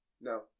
No